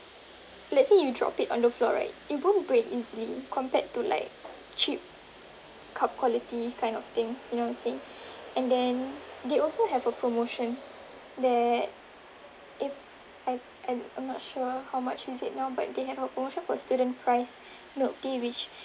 let's say you drop it on the floor right it won't break easily compared to like cheap cup quality kind of thing you know I'm saying and then they also have a promotion that if I I I'm not sure how much is it now but they have a promotion for student price milk tea which